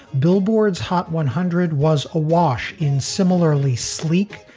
billboard's hot one hundred was awash in similarly sleek,